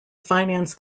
finance